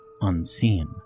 unseen